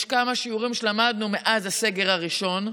יש כמה שיעורים שלמדנו מאז הסגר הראשון,